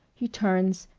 he turns,